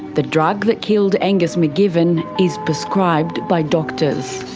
the drug that killed angus mcgivern is prescribed by doctors.